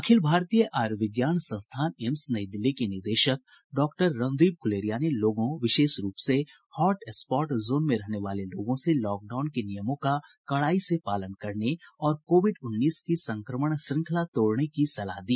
अखिल भारतीय आयुर्विज्ञान संस्थान एम्स नई दिल्ली के निदेशक डॉक्टर रणदीप गुलेरिया ने लोगों विशेष रूप से हॉट स्पॉट जोन में रहने वालों लोगों से लॉकडाउन के नियमों का कड़ाई से पालन करने और कोविड उन्नीस की संक्रमण श्रंखला तोड़ने की सलाह दी